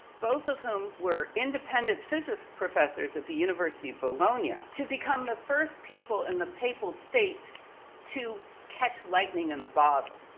both of whom were independent physics professors at the university of bologna, ah to become the first people in the papal state to catch lightning in a bottle.